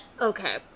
Okay